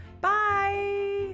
Bye